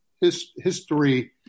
history